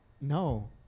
No